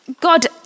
God